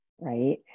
right